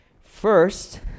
First